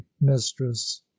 mistress